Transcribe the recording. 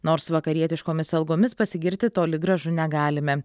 nors vakarietiškomis algomis pasigirti toli gražu negalime